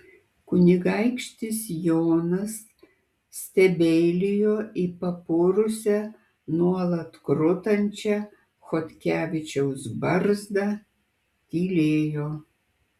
kunigaikštis jonas stebeilijo į papurusią nuolat krutančią chodkevičiaus barzdą tylėjo